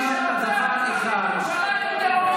תעשה את זה.